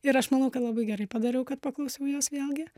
ir aš manau tai labai gerai padariau kad paklausiau jos vėlgi